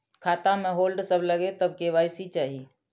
खाता में होल्ड सब लगे तब के.वाई.सी चाहि?